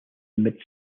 mid